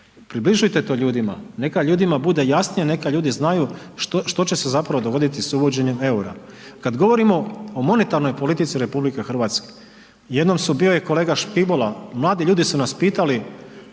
približite to ljudima, neka ljudima bude jasnije, neka ljudi znaju što će se zapravo dogoditi sa uvođenjem eura. Kada govorimo o monetarnoj politici RH jednom su, bio je kolega Škibola, mladi ljudi su nas pitali